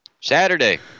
Saturday